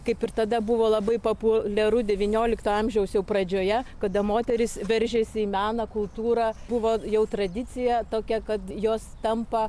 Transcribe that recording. kaip ir tada buvo labai populiaru devyniolikto amžiaus jau pradžioje kada moterys veržėsi į meną kultūrą buvo jau tradicija tokia kad jos tampa